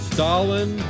Stalin